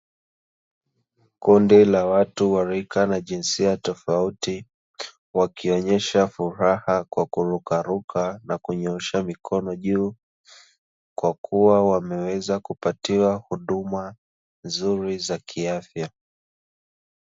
Kundi la watu wa rika la jinsia tofauti, wakionyesha furaha kwa kurukaruka na kunyoosha mikono juu, kwakua wameweza kupatiwa huduma nzuri za kiafya.